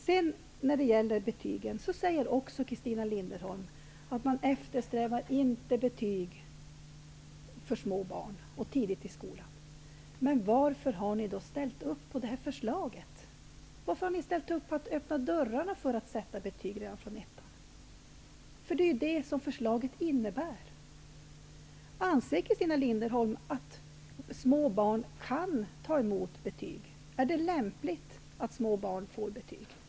Christina Linderholm säger att man inte bör eftersträva betyg tidigt i skolan, för små barn. Men varför har Centern ställt upp på det här förslaget? Varför har ni i Centern gått med på att öppna dörrar för att sätta betyg redan från ettans årskurs? Förslaget innebär ju det! Anser Christina Linderholm att små barn kan ta emot betyg, att det är lämpligt att små barn får betyg i skolan?